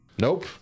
nope